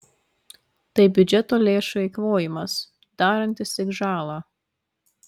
tai biudžeto lėšų eikvojimas darantis tik žalą